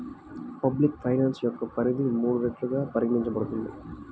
public finance యొక్క పరిధి మూడు రెట్లుగా పరిగణించబడుతుంది